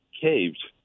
caved